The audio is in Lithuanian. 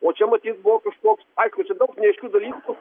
o čia matyt buvo toks ai kur čia daug neaiškių dalykų